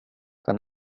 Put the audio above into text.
den